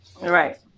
Right